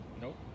Nope